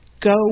Go